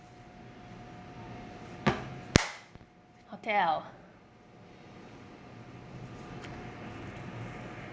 hotel